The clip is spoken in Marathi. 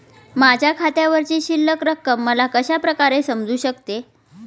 माझ्या खात्यावरची शिल्लक रक्कम मला कशा प्रकारे समजू शकते?